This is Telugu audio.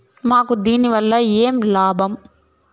మాకు దీనివల్ల ఏమి లాభం